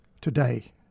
today